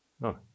No